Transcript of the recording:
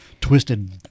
twisted